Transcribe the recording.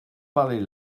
parlez